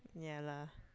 ya lah